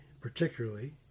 particularly